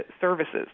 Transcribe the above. services